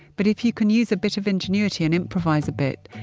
but, if you can use a bit of ingenuity and improvise a bit,